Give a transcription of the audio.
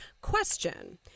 Question